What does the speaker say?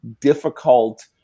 difficult